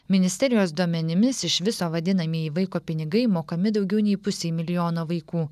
ministerijos duomenimis iš viso vadinamieji vaiko pinigai mokami daugiau nei pusei milijono vaikų